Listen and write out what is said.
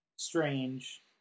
strange